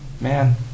Man